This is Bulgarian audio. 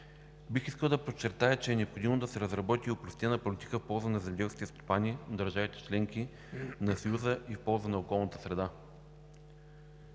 Бих искал да подчертая, че е необходимо да се разработи опростена политика в полза на земеделските стопани, държавите – членки на Съюза и околната среда.